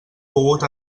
pogut